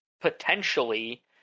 potentially